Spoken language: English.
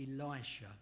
Elisha